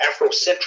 Afrocentric